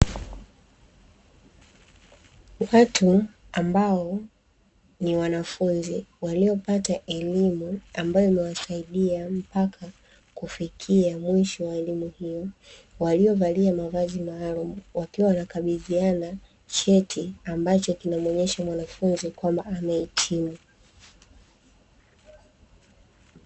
Watu ambao ni wanafunzi waliopata elimu ambayo imewasaidia mpaka kufikia mwisho wa elimu hiyo, waliovalia mavazi maalumu wakiwa wanakabidhiana cheti ambacho kinamwonyesha mwanafunzi kwamba amehitimu.